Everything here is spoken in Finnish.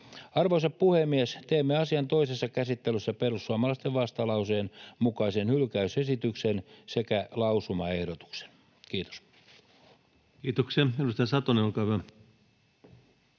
Arvoisa puhemies! Teemme asian toisessa käsittelyssä perussuomalaisten vastalauseen mukaisen hylkäysesityksen sekä lausumaehdotuksen. — Kiitos. Kiitoksia. — Edustaja Satonen, olkaa hyvä.